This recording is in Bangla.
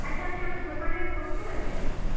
আচ্ছা আপনি আমার দোকানের খোঁজ কোথায় পেলেন